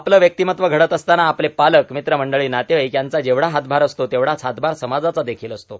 आपले व्यक्तिमत्व घडत असताना आपले पालक मित्रमंडळी नातेवाईक यांचा जेवढा हातभार असतो तेवढाच हातभार समाजाचा देखील असतो